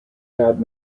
had